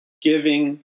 giving